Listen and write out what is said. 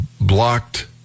blocked